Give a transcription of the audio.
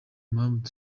mpamvu